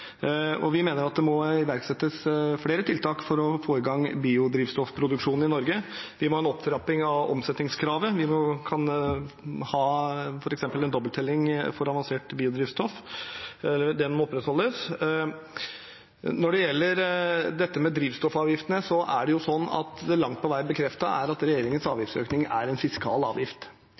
for. Vi mener at det må iverksettes flere tiltak for å få i gang biodrivstoffproduksjon i Norge. Vi må ha en opptrapping av omsetningskravet. Vi kan f.eks. ha en dobbeltelling for avansert biodrivstoff. Den må opprettholdes. Når det gjelder dette med drivstoffavgiftene, er det slik at det langt på vei er bekreftet at regjeringens avgiftsøkning er en fiskal avgift.